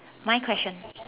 my question